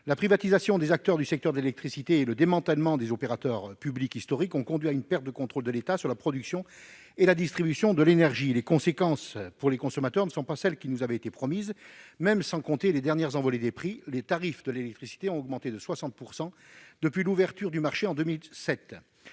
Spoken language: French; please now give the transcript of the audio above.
La privatisation des acteurs du secteur de l'électricité et le démantèlement des opérateurs publics historiques ont conduit à une perte de contrôle de l'État sur la production et la distribution de l'énergie. Les conséquences pour les consommateurs ne sont pas celles qui avaient été promises : même sans compter les dernières envolées des prix, les tarifs de l'électricité ont augmenté de 60 % depuis l'ouverture du marché en 2007.